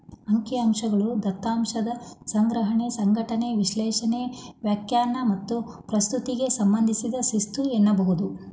ಅಂಕಿಅಂಶಗಳು ದತ್ತಾಂಶದ ಸಂಗ್ರಹಣೆ, ಸಂಘಟನೆ, ವಿಶ್ಲೇಷಣೆ, ವ್ಯಾಖ್ಯಾನ ಮತ್ತು ಪ್ರಸ್ತುತಿಗೆ ಸಂಬಂಧಿಸಿದ ಶಿಸ್ತು ಎನ್ನಬಹುದು